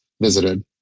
visited